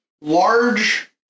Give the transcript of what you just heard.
large